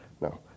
No